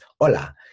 Hola